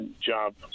job